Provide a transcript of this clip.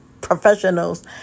professionals